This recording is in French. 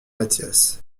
mathias